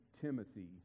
Timothy